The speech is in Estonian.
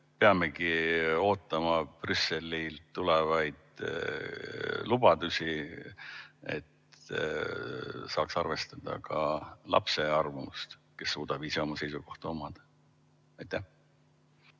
peamegi ootama Brüsselilt tulevaid lubadusi, et saaks arvestada ka lapse arvamust, kes suudab ise oma seisukohta omada?